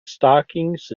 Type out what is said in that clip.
stockings